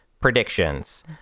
predictions